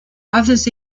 others